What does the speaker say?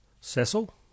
Cecil